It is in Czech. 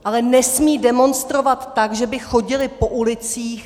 Ale nesmí demonstrovat tak, že by chodili po ulicích.